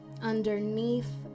underneath